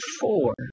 four